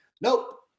Nope